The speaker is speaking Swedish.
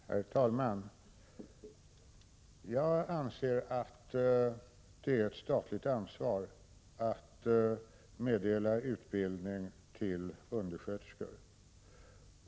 Herr talman! Jag anser att det är ett statligt ansvar att meddela utbildning till undersköterskor.